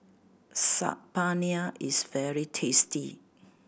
Saag Paneer is very tasty